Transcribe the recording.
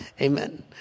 Amen